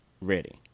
ready